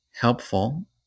helpful